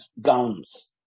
gowns